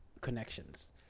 connections